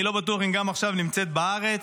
אני לא בטוח אם גם עכשיו נמצאת בארץ.